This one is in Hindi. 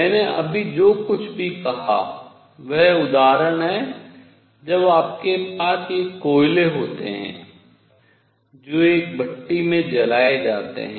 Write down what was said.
मैंने अभी जो कुछ भी कहा वह उदाहरण है जब आपके पास ये कोयले होते हैं जो एक भट्टी में जलाए जाते हैं